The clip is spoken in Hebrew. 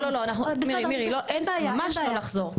לא, לא לא, מירי ממש לא לחזור.